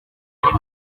ari